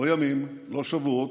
לא ימים, לא שבועות,